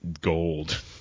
gold